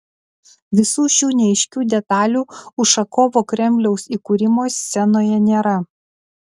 visų šių neaiškių detalių ušakovo kremliaus įkūrimo scenoje nėra